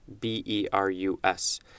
B-E-R-U-S